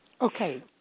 Okay